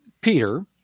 Peter